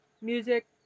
music